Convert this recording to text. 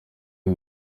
uri